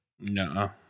No